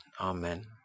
Amen